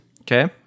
Okay